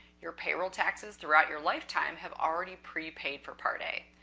your payroll taxes throughout your lifetime have already prepaid for part a.